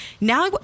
Now